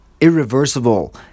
irreversible